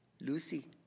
Lucy